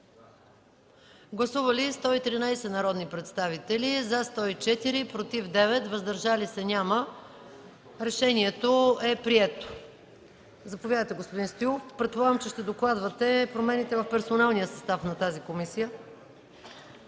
Гласували 113 народни представители: за 104, против 9, въздържали се няма. Решението е прието. Заповядайте, господин Стоилов. Предполагам, ще докладвате промените в персоналния състав на тези комисии?